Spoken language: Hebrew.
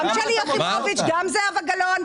גם שלי יחימוביץ וגם זהבה גלאון.